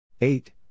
eight